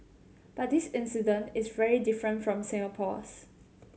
but this incident is very different from Singapore's